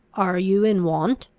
are you in want?